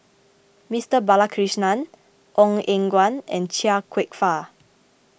Mister Balakrishnan Ong Eng Guan and Chia Kwek Fah